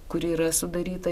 kuri yra sudaryta